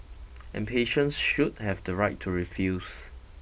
and patients should have the right to refuse